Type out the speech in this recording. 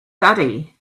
daddy